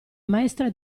maestra